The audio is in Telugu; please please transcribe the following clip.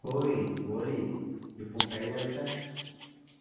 ఓయ్ ఓలీ ఇప్పుడు టైం ఎంత